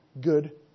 good